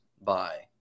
bye